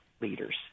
leaders